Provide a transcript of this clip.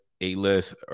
A-list